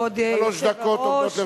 שלוש דקות עומדות לרשותך.